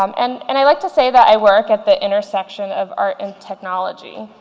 um and and i like to say that i work at the intersection of art and technology.